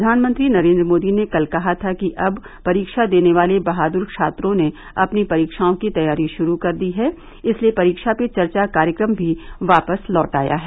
प्रधानमंत्री नरेन्द्र मोदी ने कल कहा था कि अब परीक्षा देने वाले बहादुर छात्रों ने अपनी परीक्षाओं की तैयारी शुरू कर दी है इसलिए परीक्षा पे चर्चा कार्यक्रम भी वापस लौट आया है